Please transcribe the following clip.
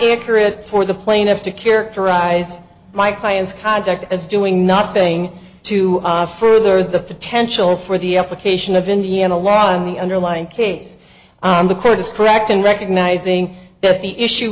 inaccurate for the plaintiff to characterize my client's conduct as doing nothing to further the potential for the application of indiana law and the underlying case the court is correct in recognizing that the issue